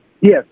Yes